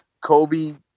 Kobe